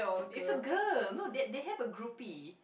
it's a girl no that they have a groupie